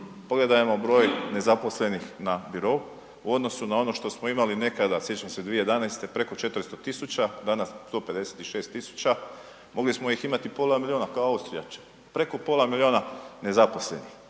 Pogledajmo broj nezaposlenih na birou, u odnosu na ono što smo imali nekada, sjećam se, 2011. preko 400 tisuća, danas 156 tisuća. Mogli smo ih imati pola milijuna kao Austrija. Preko pola milijuna nezaposlenih.